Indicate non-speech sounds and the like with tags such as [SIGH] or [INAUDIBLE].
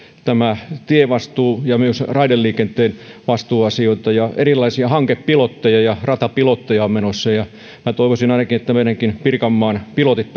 tämä tievastuu ja myös raideliikenteen vastuuasioita erilaisia hankepilotteja ja ratapilotteja on menossa ja minä toivoisin ainakin että pääsisivät eteenpäin meidänkin pirkanmaan pilotit [UNINTELLIGIBLE]